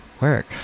work